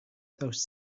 those